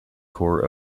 core